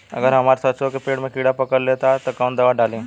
अगर हमार सरसो के पेड़ में किड़ा पकड़ ले ता तऽ कवन दावा डालि?